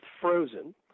frozen